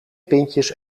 pintjes